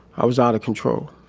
i was out of control